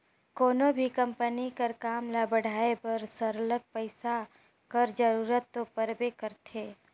कोनो भी कंपनी कर काम ल बढ़ाए बर सरलग पइसा कर जरूरत दो परबे करथे